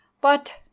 But